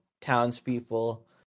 townspeople